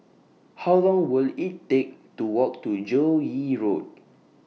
How Long Will IT Take to Walk to Joo Yee Road